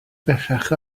bellach